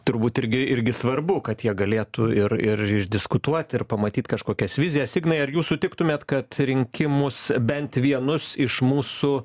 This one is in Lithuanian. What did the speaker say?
turbūt irgi irgi svarbu kad jie galėtų ir ir išdiskutuot ir pamatyt kažkokias vizijas ignai ar jūs sutiktumėt kad rinkimus bent vienus iš mūsų